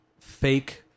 fake